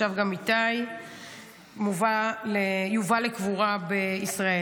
ועכשיו גם איתי יובא לקבורה בישראל.